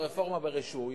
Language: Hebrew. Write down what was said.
ברפורמה ברישוי,